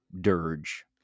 dirge